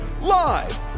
Live